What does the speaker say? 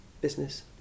business